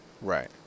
Right